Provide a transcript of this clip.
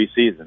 preseason